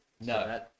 No